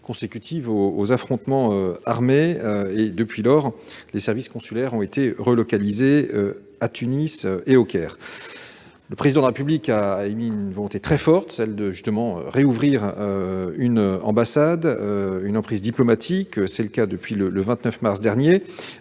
consécutive aux affrontements armés. Depuis lors, les services consulaires ont été relocalisés à Tunis et au Caire. Le Président de République a émis le souhait très fort de rouvrir une emprise diplomatique ; c'est le cas depuis le 29 mars dernier.